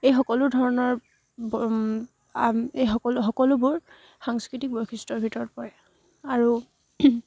এই সকলো ধৰণৰ এই সকলো সকলোবোৰ সাংস্কৃতিক বৈশিষ্ট্যৰ ভিতৰত পৰে আৰু